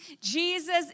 Jesus